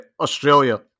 Australia